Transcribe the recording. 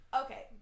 Okay